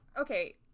Okay